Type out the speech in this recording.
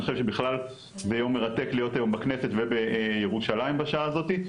אני חושב שבכלל זה יום מרתק להיות היום בכנסת ובירושלים בשעה הזאתי,